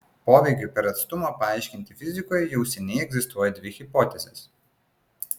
poveikiui per atstumą paaiškinti fizikoje jau seniai egzistuoja dvi hipotezės